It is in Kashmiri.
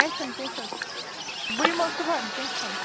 کیٚنٛہہ چھُنہٕ کیٚنٛہہ چھُنہٕ بہٕ یِمو صُبَحن کیٚنٛہہ چھُنہٕ